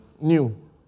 new